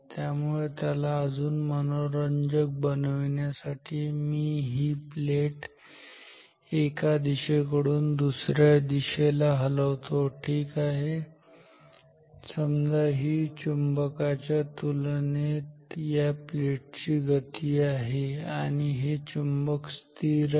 त्यामुळे किंवा त्याला अजून मनोरंजक बनविण्यासाठी मी ही प्लेट एका दिशेकडून दुसऱ्या दिशेकडे हलवतो ठीक आहे समजा ही चुंबकाच्या तुलनेत या प्लेट ची गती आहे आणि हे चुंबक स्थिर आहे